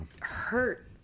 hurt